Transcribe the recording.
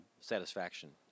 satisfaction